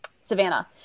Savannah